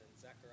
Zechariah